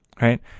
Right